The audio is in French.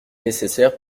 nécessaire